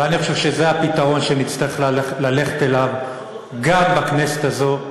ואני חושב שזה הפתרון שנצטרך ללכת אליו גם בכנסת הזאת,